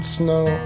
snow